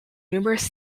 numerous